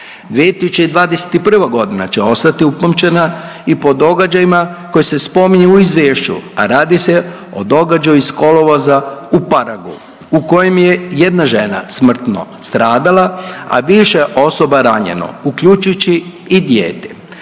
2021. g. će ostati upamćena i po događajima koji se spominju u izvješću, a radi se o događaju iz kolovoza u Paragu, u kojem je jedna žena smrtno stradala, a više osoba ranjeno, uključujući i dijete.